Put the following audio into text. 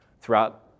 throughout